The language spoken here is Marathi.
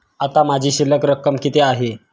आता माझी शिल्लक रक्कम किती आहे?